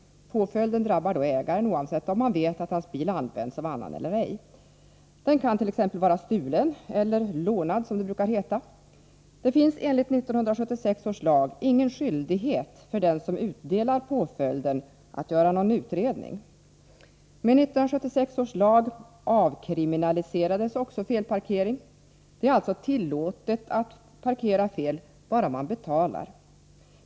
Påföljden drabbar då ägaren, oavsett om han vet att hans bil används av annan eller ej. Den kan t.ex. vara stulen eller ”lånad”, som det brukar heta. Det finns enligt 1976 års lag ingen skyldighet för den som utdelar påföljden att göra någon utredning. Med 1976 års lag avkriminaliserades också felparkering. Det är alltså tillåtet att parkera fel bara man betalar.